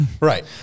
Right